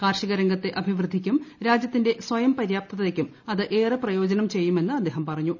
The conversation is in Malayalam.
കാർഷികരംഗത്തെ അഭിവൃദ്ധിക്കും രാജ്യത്തിന്റെ സ്വയം പര്യാപ്തതയ്ക്കും അത് ഏറെ പ്രയോജനം ചെയ്യുമെന്ന് അദ്ദേഹം പറഞ്ഞു